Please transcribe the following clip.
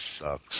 sucks